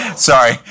Sorry